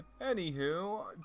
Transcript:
anywho